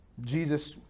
Jesus